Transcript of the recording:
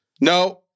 No